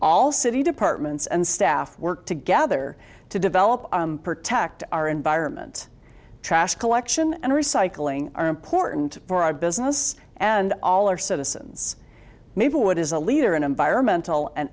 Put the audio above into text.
all city departments and staff work together to develop protect our environment trash collection and recycling are important for our business and all our citizens maplewood is a leader in environmental an